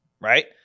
right